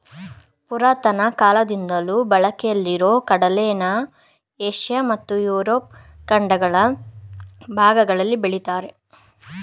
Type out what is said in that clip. ಪುರಾತನ ಕಾಲದಿಂದಲೂ ಬಳಕೆಯಲ್ಲಿರೊ ಕಡಲೆನ ಏಷ್ಯ ಮತ್ತು ಯುರೋಪ್ ಖಂಡಗಳ ಭಾಗಗಳಲ್ಲಿ ಬೆಳಿತಾರೆ